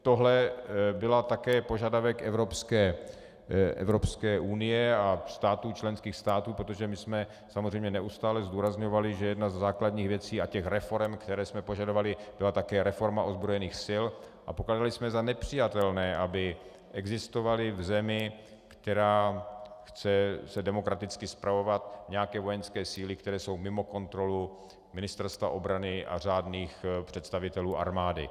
Tohle byl také požadavek Evropské unie a členských států, protože my jsme samozřejmě neustále zdůrazňovali, že jedna ze základních věcí, a těch reforem, které jsme požadovali, byla také reforma ozbrojených sil a pokládali jsme za nepřijatelné, aby existovaly v zemi, která se chce demokraticky spravovat, nějaké vojenské síly, které jsou mimo kontrolu ministerstva obrany a řádných představitelů armády.